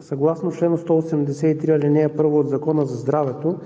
Съгласно чл. 183, ал. 1 от Закона за здравето,